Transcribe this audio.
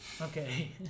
Okay